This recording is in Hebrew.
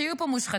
שיהיו פה מושחתים,